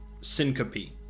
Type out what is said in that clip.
syncope